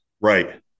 right